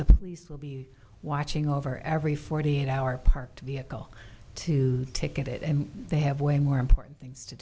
the police will be watching over every forty eight hour parked vehicle to ticket it and they have way more important things to